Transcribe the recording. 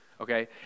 Okay